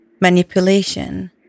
manipulation